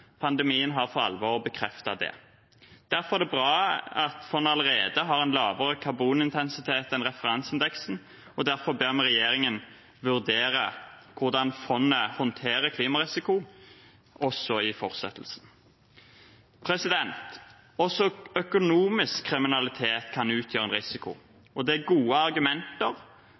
allerede har en lavere karbonintensitet enn referanseindeksen, og derfor ber vi regjeringen vurdere hvordan fondet håndterer klimarisiko også i fortsettelsen. Også økonomisk kriminalitet kan utgjøre en risiko, og det er gode argumenter